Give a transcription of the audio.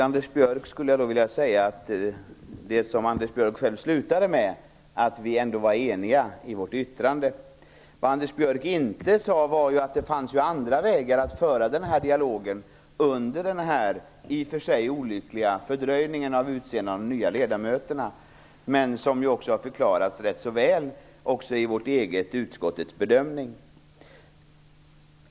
Fru talman! Anders Björck slutade med att vi ändå var eniga i vårt yttrande. Vad Anders Björck inte sade var ju att det fanns andra vägar att föra den här dialogen under den i och för sig olyckliga fördröjningen av utseendet av de nya ledamöterna. Men det har ju också förklarats ganska väl i utskottets egen bedömning.